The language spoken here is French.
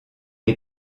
est